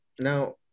Now